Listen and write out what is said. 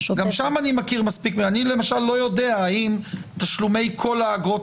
גם שם אני מכיר מספיק --- אני למשל לא יודע האם תשלומי כל האגרות